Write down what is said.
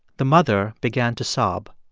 the mother began to sob.